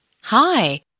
Hi